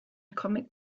comic